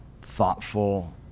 thoughtful